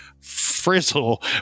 Frizzle